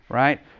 right